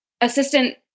assistant